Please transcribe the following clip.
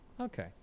Okay